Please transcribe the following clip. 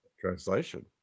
translation